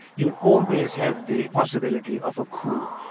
you always have the possibility of a coup.